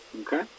Okay